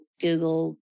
Google